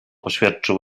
oświadczył